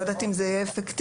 לא יודעת אם זה יהיה אפקטיבי,